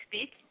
speak